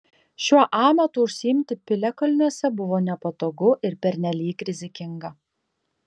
šiuo amatu užsiimti piliakalniuose buvo nepatogu ir pernelyg rizikinga